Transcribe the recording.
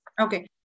Okay